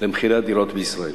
מבחינת מחירי הדירות בישראל